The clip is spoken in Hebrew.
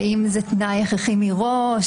האם זה תנאי הכרחי מראש?